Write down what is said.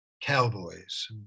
cowboys